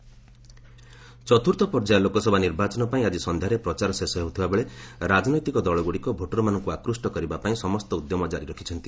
election overall ଚତ୍ରୁର୍ଥ ପର୍ଯ୍ୟାୟ ଲୋକସଭା ନିର୍ବାଚନ ପାଇଁ ଆଜି ସନ୍ଧ୍ୟାରେ ପ୍ରଚାର ଶେଷ ହେଉଥିବାବେଳେ ରାଜନୈତିକ ଦଳଗୁଡ଼ିକ ଭୋଟର୍ମାନଙ୍କୁ ଆକୃଷ୍ କରିବାପାଇଁ ସମସ୍ତ ଉଦ୍ୟମ ଉଦ୍ୟମ ଜାରି ରଖିଛନ୍ତି